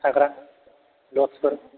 थाग्रा लडजफोर